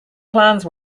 plans